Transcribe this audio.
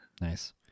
nice